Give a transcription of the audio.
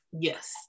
yes